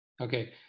Okay